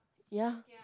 ya